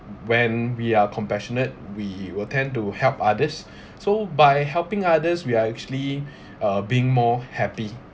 when we are compassionate we will tend to help others so by helping others we are actually uh being more happy